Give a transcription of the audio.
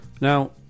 Now